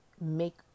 make